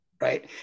right